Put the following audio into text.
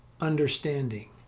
understanding